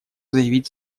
заявить